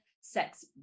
sex